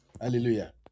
Hallelujah